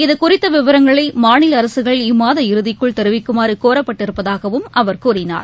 இதுகுறித்தவிவரங்களைமாநிலஅரசுகள் இம்மாத இறுதிக்குள் தெரிவிக்குமாறுகோரப்பட்டிருப்பதாகவும் அவர் கூறினார்